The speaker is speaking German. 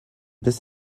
bis